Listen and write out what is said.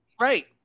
Right